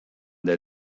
der